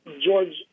George